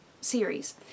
series